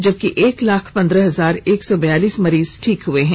जबकि एक लाख पंद्रह हजार एक सौ बैयालीस मरीज ठीक हुए हैं